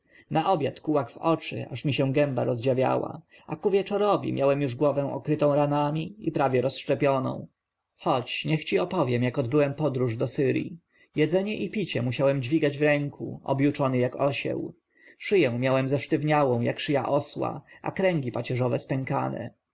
na obiad kułak w oczy aż mi się gęba rozdziawiała a ku wieczorowi miałem już głowę okrytą ranami i prawie rozszczepioną chodź niech ci opowiem jak odbyłem podróż do syrji jedzenie i picie musiałem dźwigać w ręku objuczony jak osieł szyję miałem zesztywniałą jak szyja osła a kręgi pacierzowe spękane